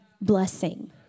blessing